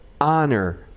honor